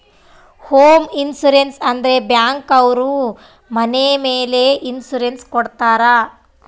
home insurance ಅಂದ್ರೆ bank ಅವ್ರು ಮನೆ ಮೇಲೆ ಇನ್ಸೂರೆನ್ಸ್ ಕೊಡ್ತಾರ